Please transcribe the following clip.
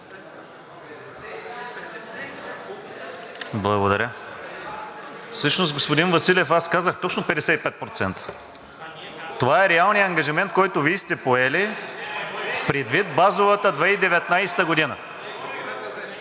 Благодаря. Всъщност, господин Василев, казах точно 55%. Това е реалният ангажимент, който Вие сте поели предвид базовата 2019 г.